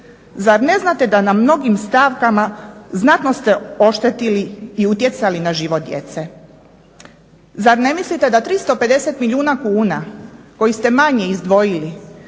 zar ne znate da na mnogim stavkama znatno ste oštetili i utjecali na život djece? Zar ne mislite da 350 milijuna kuna koje ste manje izdvojili